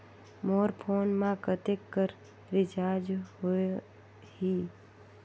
मोर phone मा कतेक कर रिचार्ज हो ही?